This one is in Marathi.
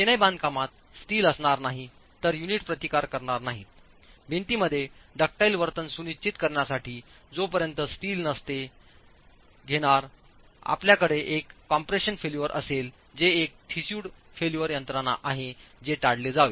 चिनाई बांधकामत स्टील असणार नाही तर युनिट प्रतिकार करणार नाहीत भिंतीमध्ये डकटाईल वर्तन सुनिश्चित करण्यासाठी जोपर्यंत स्टील नमते घेणार आपल्याकडे एक कॉम्प्रेशन फेल्योर असेल जे एक ठिसूळ फेल्योर यंत्रणा आहे जे टाळले जावे